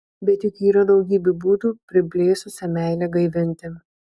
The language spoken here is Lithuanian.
bet juk yra daugybė būdų priblėsusią meilę gaivinti